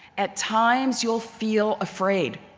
at times you will feel afraid.